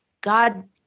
God